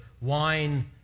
wine